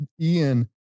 Ian